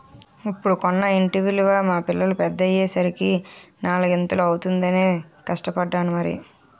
ఇప్పుడు కొన్న ఇంటి విలువ మా పిల్లలు పెద్దయ్యే సరికి నాలిగింతలు అవుతుందనే కష్టపడ్డాను మరి